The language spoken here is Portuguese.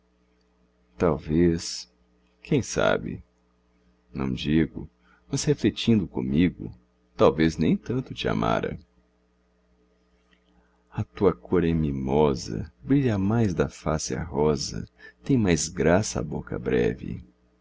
talvez quem sabe não digo mas refletindo comigo talvez nem tanto te amara a tua cor é mimosa brilha mais da face a rosa tem mais graça a boca breve